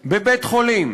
בבית-חולים,